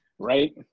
Right